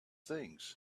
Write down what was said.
things